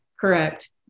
Correct